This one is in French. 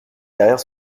derrière